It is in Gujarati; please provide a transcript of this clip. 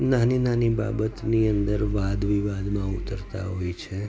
નાની નાની બાબતની અંદર વાદવિવાદમાં ઉતરતા હોય છે